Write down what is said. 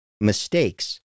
mistakes